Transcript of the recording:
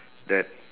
that